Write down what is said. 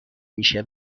میشه